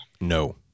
No